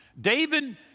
David